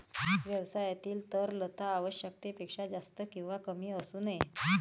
व्यवसायातील तरलता आवश्यकतेपेक्षा जास्त किंवा कमी असू नये